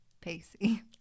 Pacey